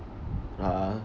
uh